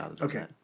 Okay